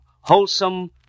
Wholesome